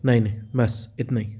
नहीं नहीं बस इतना ही